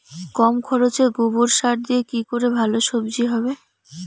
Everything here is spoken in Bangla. কম খরচে গোবর সার দিয়ে কি করে ভালো সবজি হবে?